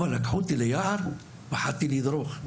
לקחו אותו ליער, פחדתי לדרוך.